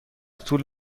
طول